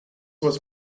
was